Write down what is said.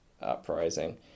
uprising